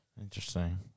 Interesting